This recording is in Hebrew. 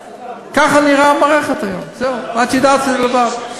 ככה נראית המערכת היום, זהו, ואת יודעת אותו דבר.